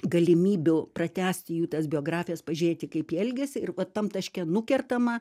galimybių pratęsti jų tas biografijas pažiūrėti kaip jie elgėsi ir va tam taške nukertama